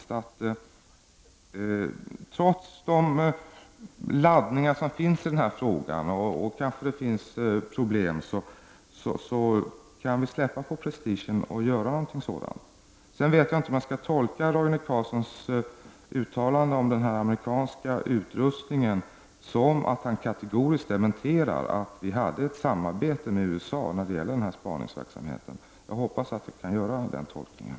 Trots de laddningar och problem som kanske finns i denna fråga kan vi släppa på prestigen och göra någonting sådant. Jag vet sedan inte om jag skall tolka Roine Carlssons uttalande om den nämnda amerikanska utrustningen som att han kategoriskt dementerar att vi bedrev ett samarbete med USA i fråga om den här spaningsverksamheten. Jag hoppas att jag kan göra den tolkningen.